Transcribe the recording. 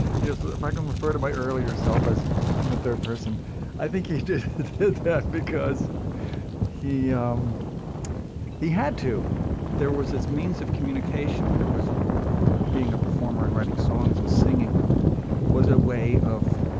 he is if i can refer to my early herself as and the third person i think he did his best because he um he had to there was this means of communication that was being a performer and writing songs and singing them was a way of